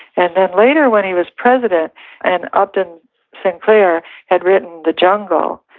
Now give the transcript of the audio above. and and later, when he was president and upton sinclair had written the jungle,